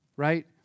right